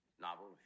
novels